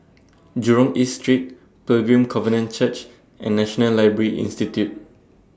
Jurong East Street Pilgrim Covenant Church and National Library Institute